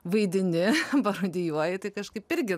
vaidini parodijuoji tai kažkaip irgi